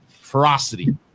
ferocity